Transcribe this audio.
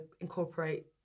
incorporate